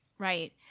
Right